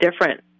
different